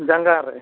ᱡᱟᱸᱜᱟ ᱨᱮ